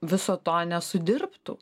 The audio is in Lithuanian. viso to nesudirbtų